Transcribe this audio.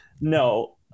No